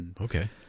Okay